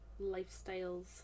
lifestyles